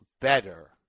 better